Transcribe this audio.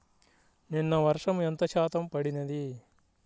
నిన్న వర్షము ఎంత శాతము పడినది?